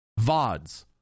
VODs